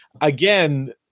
again